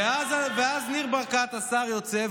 ואז ניר ברקת, השר, יוצא.